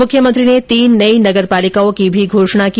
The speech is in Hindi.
मुख्यमंत्री ने तीन नई नगर पालिकाओं की भी घोषणा की